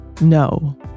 No